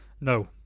No